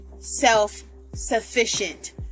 self-sufficient